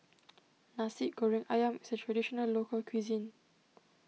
Nasi Goreng Ayam is a Traditional Local Cuisine